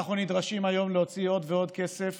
אנחנו נדרשים היום להוציא עוד ועוד כסף